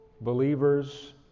believers